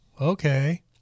Okay